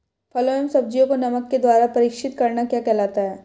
फलों व सब्जियों को नमक के द्वारा परीक्षित करना क्या कहलाता है?